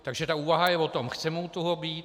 Takže ta úvaha je o tom chceme u toho být?